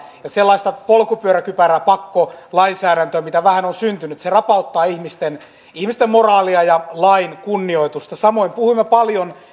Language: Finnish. ja sellaista polkupyöräkypäräpakkolainsäädäntöä mitä vähän on syntynyt se rapauttaa ihmisten ihmisten moraalia ja lain kunnioitusta samoin puhuimme paljon